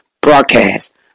broadcast